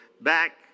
back